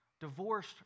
divorced